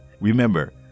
Remember